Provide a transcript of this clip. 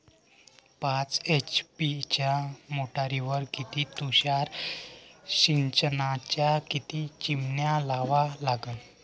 पाच एच.पी च्या मोटारीवर किती तुषार सिंचनाच्या किती चिमन्या लावा लागन?